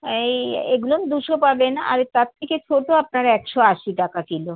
এই এগুলো দুশো পাবেন আর তার থেকে ছোটো আপনার একশো আশি টাকা কিলো